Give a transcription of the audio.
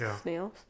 Snails